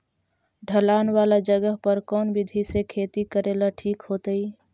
ढलान वाला जगह पर कौन विधी से खेती करेला ठिक होतइ?